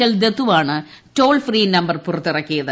L ദത്തുവാണ് toll free number പുറൃത്തിറക്കിയത്